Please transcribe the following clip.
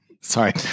Sorry